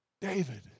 David